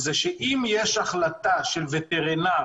כי אם יש החלטה של וטרינר